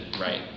right